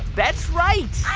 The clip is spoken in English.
that's right i